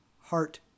heart